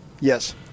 Yes